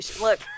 look